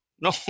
no